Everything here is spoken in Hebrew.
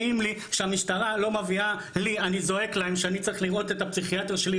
אני זועק להם שאני צריך לראות את הפסיכיאטר שלי.